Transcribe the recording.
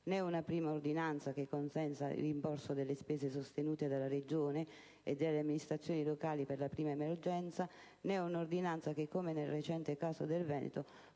ne´ una prima ordinanza che consenta il rimborso delle spese sostenute dalla Regione e dalle amministrazioni locali per la prima emergenza, ne´ un’ordinanza che, come nel recente caso del Veneto,